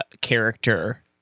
character